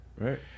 Right